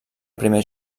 primer